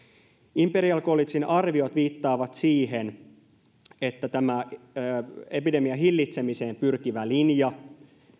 imperial collegen arviot viittaavat siihen että tämä epidemian hillitsemiseen pyrkivä linja